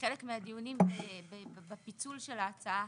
כחלק מהדיונים בפיצול של ההצעה,